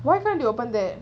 why can't you open there